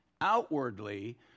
outwardly